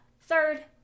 Third